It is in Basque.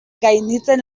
gainditzen